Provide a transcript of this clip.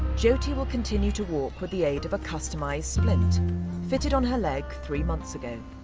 jyoti will continue to walk with the aid of a customized splint fitted on her leg three months ago.